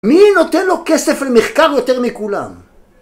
מי נותן לו כסף למחקר יותר מכולם?